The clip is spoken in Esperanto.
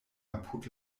apud